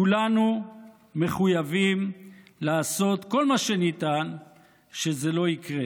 כולנו מחויבים לעשות כל מה שניתן כדי שזה לא יקרה.